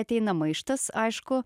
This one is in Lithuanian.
ateina maištas aišku